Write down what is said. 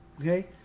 Okay